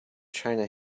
china